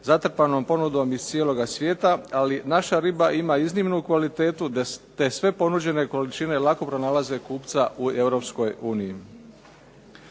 zatrpanom ponudom iz cijeloga svijeta, ali naša riba ima iznimnu kvalitetu da sve ponuđene količine lako pronalaze kupca u EU.